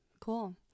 cool